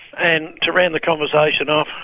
and to round the conversation off,